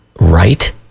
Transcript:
right